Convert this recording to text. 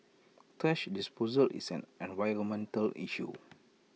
thrash disposal is an environmental issue